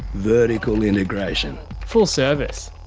vertical integration. full service.